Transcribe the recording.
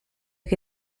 che